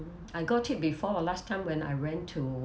I got it before last time when I went to